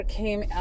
came